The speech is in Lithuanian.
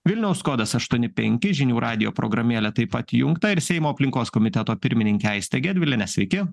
vilniaus kodas aštuoni penki žinių radijo programėlė taip pat įjungta ir seimo aplinkos komiteto pirmininkė aistė gedvilienė sveiki